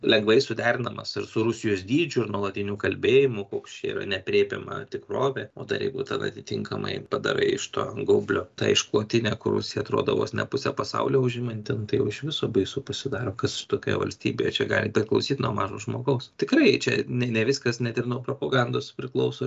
lengvai suderinamas ir su rusijos dydžiu ir nuolatiniu kalbėjimu koks čia yra neaprėpiama tikrovė o dar jeigu ten atitinkamai padarai iš to gaublio tą išklotinę kur rusija atrodo vos ne pusę pasaulio užimanti nu tai jau iš viso baisu pasidaro kas tokioje valstybėje čia gali priklausyt nuo mažo žmogaus tikrai čia ne ne viskas net ir nuo propagandos priklauso